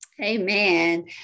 Amen